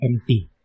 empty